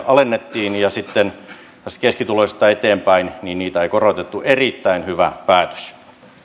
alennettiin ja sitten keskituloisista eteenpäin niitä ei korotettu erittäin hyvä päätös